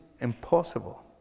impossible